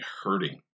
hurting